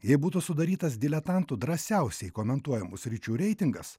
jei būtų sudarytas diletantų drąsiausiai komentuojamų sričių reitingas